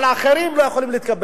אבל האחרים לא יכולים להתקבל.